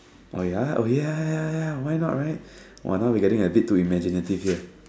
oh ya oh ya ya ya why not right !wah! now we getting a bit too imaginative here